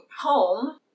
home